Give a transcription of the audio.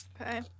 Okay